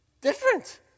different